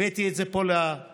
הבאתי את זה פה למליאה.